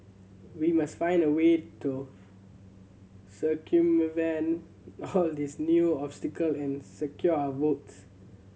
we must find a way to circumvent all these new obstacle and secure our votes